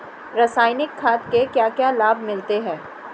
रसायनिक खाद के क्या क्या लाभ मिलते हैं?